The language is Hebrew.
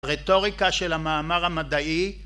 רטוריקה של המאמר המדעי